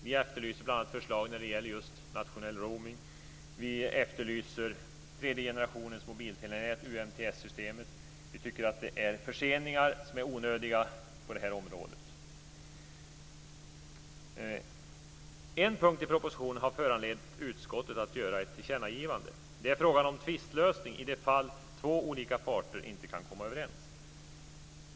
Vi efterlyser bl.a. förslag när det gäller just nationell roaming. Vi efterlyser tredje generationens mobiltelenät, UMTS systemet. Vi tycker att det är onödiga förseningar på det här området. En punkt i propositionen har föranlett utskottet att göra ett tillkännagivande. Det är frågan om tvistlösning i de fall två olika parter inte kan komma överens.